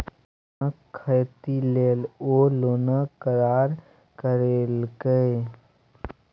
पानक खेती लेल ओ लोनक करार करेलकै